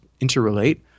interrelate